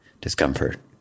discomfort